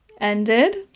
ended